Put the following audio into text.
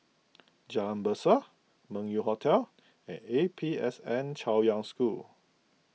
Jalan Berseh Meng Yew Hotel and A P S N Chaoyang School